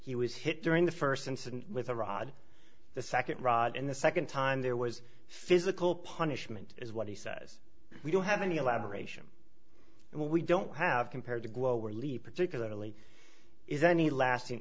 he was hit during the first incident with a rod the second rod and the second time there was physical punishment is what he says we don't have any elaboration and we don't have compared to go where leap particularly is any lasting